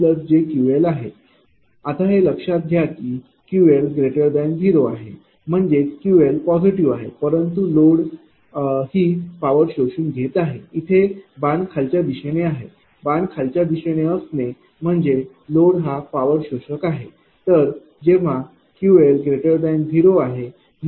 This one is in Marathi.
आता हे लक्षात घ्या की QL0आहे म्हणजेच QL पॉझिटिव्ह आहे परंतु लोड ही पॉवर शोषून घेत आहे इथे बाण खालच्या दिशेने आहे बाण खालच्या दिशेने असणे म्हणजे लोड हा पॉवर शोषक आहे